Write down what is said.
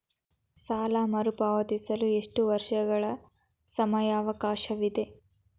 ಸಾಲ ಮರುಪಾವತಿಸಲು ಎಷ್ಟು ವರ್ಷಗಳ ಸಮಯಾವಕಾಶವಿದೆ?